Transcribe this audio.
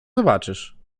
zobaczysz